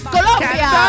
Colombia